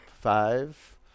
Five